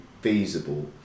feasible